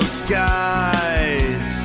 skies